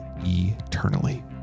eternally